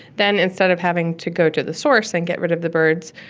then instead of having to go to the source and get rid of the birds,